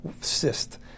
cyst